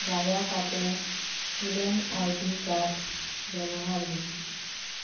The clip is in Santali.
ᱫᱟᱭᱟ ᱠᱟᱛᱮᱫ ᱥᱴᱩᱰᱮᱱᱴ ᱟᱭᱰᱤ ᱠᱟᱨᱰ ᱵᱮᱵᱚᱦᱟᱨ ᱢᱮ